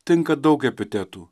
tinka daug epitetų